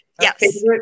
Yes